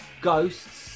Ghosts